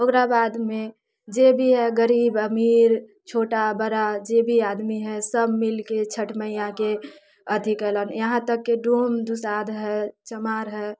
ओकरा बादमे जे भी है गरीब अमीर छोटा बड़ा जे भी आदमी है सभ मिलके छठि मैयाके अथि कयलक यहाँ तक कि डोम दुसाध है चमार है